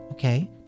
Okay